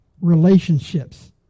relationships